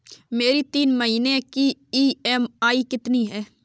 मेरी तीन महीने की ईएमआई कितनी है?